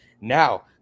now